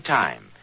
time